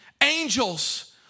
Angels